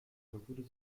wurden